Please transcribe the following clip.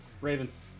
Ravens